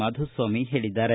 ಮಾಧುಸ್ವಾಮಿ ಹೇಳಿದ್ದಾರೆ